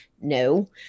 No